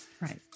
Right